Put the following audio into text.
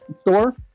store